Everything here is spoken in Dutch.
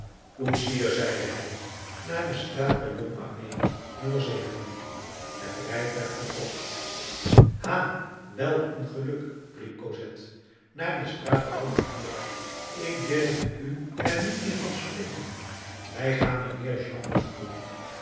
koetsier zeide hij naar de straat de lhomme armé no het rijtuig vertrok ha welk een geluk riep cosette naar de straat de lhomme armé ik durfde er u niet meer van spreken wij gaan mijnheer jean bezoeken